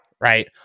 right